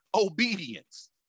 obedience